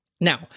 Now